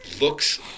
looks